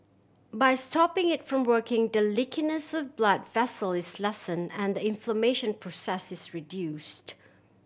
by stopping it from working the leakiness blood vessels is lessen and the inflammation process is reduced